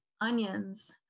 onions